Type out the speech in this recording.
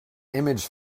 image